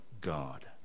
God